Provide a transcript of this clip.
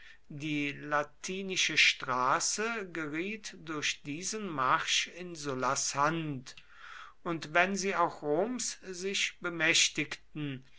die latinische straße geriet durch diesen marsch in sullas hand und wenn sie auch roms sich bemächtigten